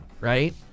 right